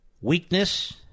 weakness